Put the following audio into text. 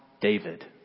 David